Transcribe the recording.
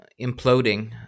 imploding